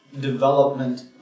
development